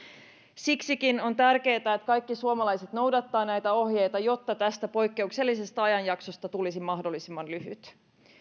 siksikin on tärkeätä että kaikki suomalaiset noudattavat näitä ohjeita jotta tästä poikkeuksellisesta ajanjaksosta tulisi mahdollisimman lyhyt